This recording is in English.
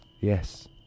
Yes